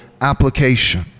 application